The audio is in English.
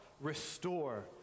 restore